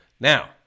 Now